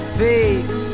faith